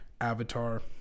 avatar